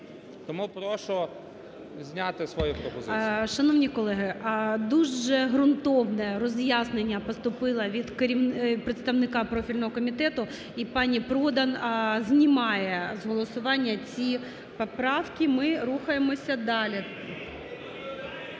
Тому прошу зняти свою пропозицію. ГОЛОВУЮЧИЙ. Шановні колеги, дуже ґрунтовне роз'яснення поступило від представника профільного комітету і пані Продан знімає з голосування ці поправки. Ми рухаємося далі.